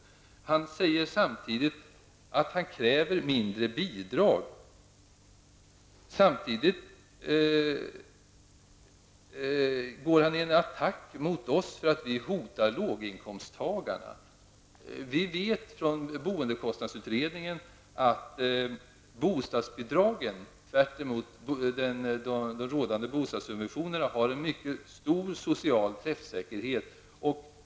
Agne Hansson säger samtidigt att han kräver mindre bidrag och går till attack mot oss för att vi skulle hota låginkomsttagarna. Vi vet från boendekostnadsutredningen att bostadsbidragen i motsats till de rådande bostadssubventionerna har en mycket stor social träffsäkerhet.